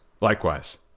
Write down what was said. Likewise